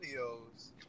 videos